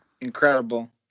Incredible